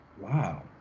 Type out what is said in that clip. wow